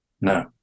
no